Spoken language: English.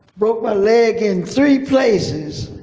broke my leg in three places.